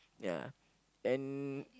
ya then